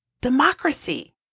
democracy